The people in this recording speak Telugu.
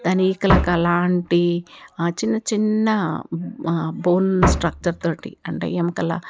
దాని ఈకలకలాంటి ఆ చిన్న చిన్న బోన్ స్ట్రక్చర్ తోటి అంటే ఎముకల